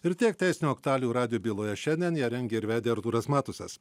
ir tiek teisinių aktualijų radijo byloje šiandien ją rengė ir vedė artūras matusas